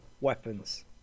weapons